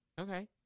okay